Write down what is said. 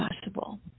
possible